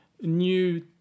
new